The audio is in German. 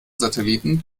satelliten